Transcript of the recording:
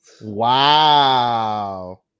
Wow